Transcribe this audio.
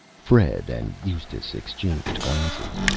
fred and eustace exchanged glances.